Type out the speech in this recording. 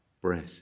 breath